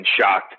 shocked